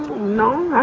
no,